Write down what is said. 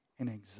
anxiety